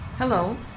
Hello